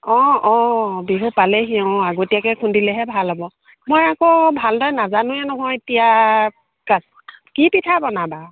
অঁ অঁ বিহু পালেহিয়ে অঁ আগতীয়াকৈ খুন্দিলেহে ভাল হ'ব মই আকৌ ভালদৰে নাজানোৱেই নহয় এতিয়া কাক কি পিঠা বনাবা